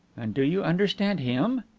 and do you understand him?